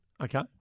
Okay